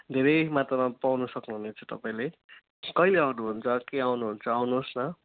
धेरै मात्रामा पाउन सक्नुहुनेछ तपाईँले कहिले आउनुहुन्छ के आउनुहुन्छ आउनुहोस् न